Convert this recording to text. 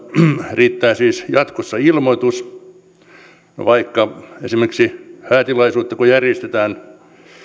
riittää siis jatkossa ilmoitus kun vaikka esimerkiksi häätilaisuutta järjestetään